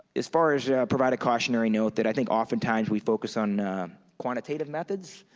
as far as provide a cautionary note that i think oftentimes we focus on quantitative methods,